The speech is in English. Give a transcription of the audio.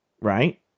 right